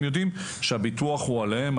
הם יודעים שהביטוח עליהם.